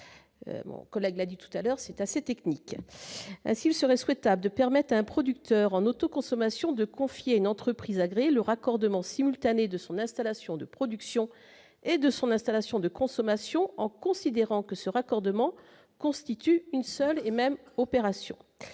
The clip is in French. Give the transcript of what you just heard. mon collègue l'a dit tout à l'heure, c'est assez technique s'il serait souhaitable de permettent un producteur en autoconsommation de confier à une entreprise agréée le raccordement simultanée de son installation de production et de son installation de consommation en considérant que ce raccordement constitue une seule et même opération